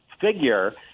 figure